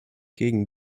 gegen